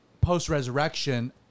post-resurrection